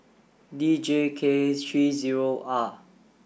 D J K three zero R